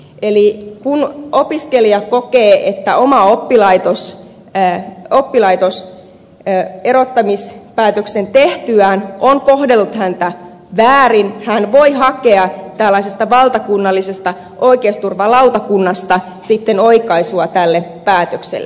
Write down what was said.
eli kun opiskelija kokee että oma oppilaitos erottamispäätöksen tehtyään on kohdellut häntä väärin hän voi hakea tällaisesta valtakunnallisesta oikeusturvalautakunnasta sitten oikaisua tälle päätökselle